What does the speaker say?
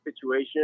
situation